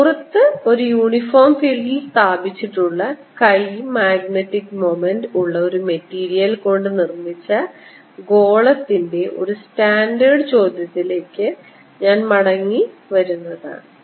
പുറത്ത് ഒരു യൂണിഫോം ഫീൽഡിൽ സ്ഥാപിച്ചിട്ടുള്ള chi m മാഗ്നെറ്റിക് മൊമെൻറ് ഉള്ള ഒരു മെറ്റീരിയൽ കൊണ്ട് നിർമ്മിച്ച ഗോളത്തിന്റെ ഒരു സ്റ്റാൻഡർഡ് ചോദ്യത്തിലേക്ക് ഞാൻ മടങ്ങി വരുന്നതാണ്